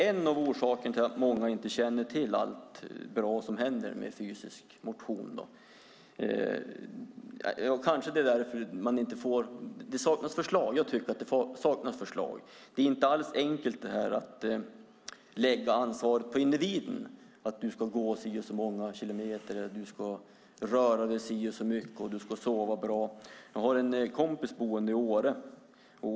En av orsakerna till att många inte känner till allt bra som händer vid fysisk motion är kanske att det saknas förslag. Jag tycker att det saknas förslag. Det är inte alls enkelt att lägga ansvaret på individen och säga: Du ska gå si och så många kilometer, du ska röra dig si och så mycket och du ska sova bra. Jag har en kompis som bor i Åre.